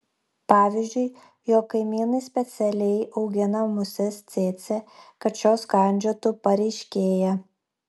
pavyzdžiui jog kaimynai specialiai augina muses cėcė kad šios kandžiotų pareiškėją